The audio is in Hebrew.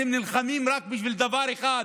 אתם נלחמים רק בשביל דבר אחד,